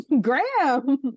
Graham